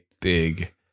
big